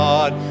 God